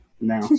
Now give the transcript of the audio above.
now